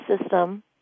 system